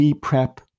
prep